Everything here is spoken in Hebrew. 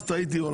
טעיתי.